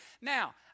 now